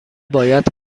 باید